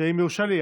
ואם יורשה לי,